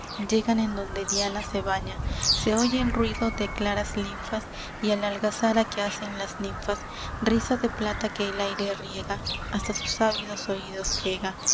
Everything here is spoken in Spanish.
llegan en donde diana se baña se oye el ruido de claras linfas y a la algazara que hacen las ninfas risa de plata que el aire riega hasta sus ávidos oídos llega